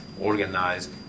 organized